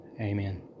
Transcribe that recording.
Amen